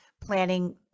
planning